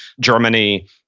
Germany